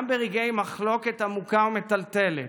גם ברגעי מחלוקת עמוקה ומטלטלת,